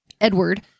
Edward